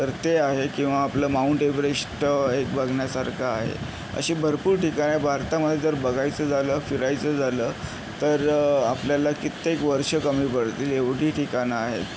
तर ते आहे किंवा आपलं माऊंट एवरेश्ट एक बघण्यासारखं आहे अशी भरपूर ठिकाणं आहे भारतामध्ये जर बघायचं झालं फिरायचं झालं तर आपल्याला कित्येक वर्षं कमी पडतील एवढी ठिकाणं आहेत